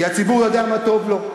כי הציבור יודע מה טוב לו.